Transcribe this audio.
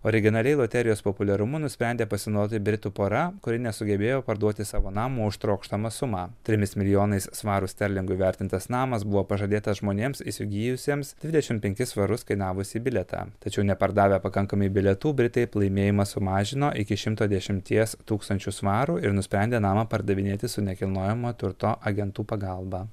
originaliai loterijos populiarumu nusprendė pasinoti britų pora kuri nesugebėjo parduoti savo namo už trokštamą sumą trimis milijonais svarų sterlingų įvertintas namas buvo pažadėtas žmonėms įsigijusiems dvidešim penkis svarus kainavusį bilietą tačiau nepardavę pakankamai bilietų britai plaimėjimą sumažino iki šimto dešimties tūkstančių svarų ir nusprendė namą pardavinėti su nekilnojamo turto agentų pagalba